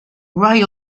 royal